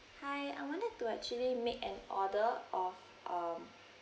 hi I wanted to actually make an order of um